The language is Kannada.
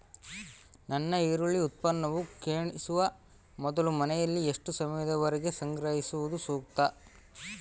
ನನ್ನ ಈರುಳ್ಳಿ ಉತ್ಪನ್ನವು ಕ್ಷೇಣಿಸುವ ಮೊದಲು ಮನೆಯಲ್ಲಿ ಎಷ್ಟು ಸಮಯದವರೆಗೆ ಸಂಗ್ರಹಿಸುವುದು ಸೂಕ್ತ?